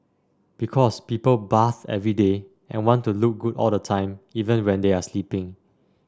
because people bath every day and want to look good all the time even when they are sleeping